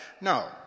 No